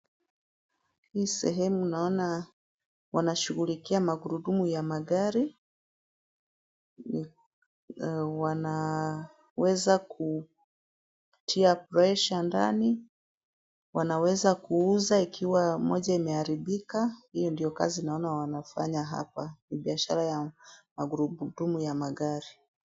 Hii sehemu naona wanashughulikia magurudumu ya magari wanaweza kutia pressure ndani wanaweza kuuza ikiwa moja imeharibika hio ndio kazi naona wanafanya hapa ni biashara ya magurudumu ya magari.